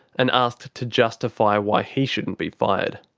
and asked to justify why he shouldn't be fired.